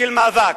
מאבק,